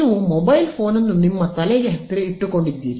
ನೀವು mobile phone ಅನ್ನು ನಿಮ್ಮ ತಲೆಗೆ ಹತ್ತಿರ ಇಟ್ಟುಕೊಂಡಿದ್ದೀರಿ